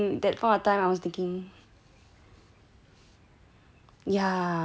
yeah